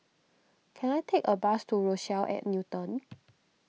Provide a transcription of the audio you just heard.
can I take a bus to Rochelle at Newton